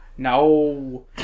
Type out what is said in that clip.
No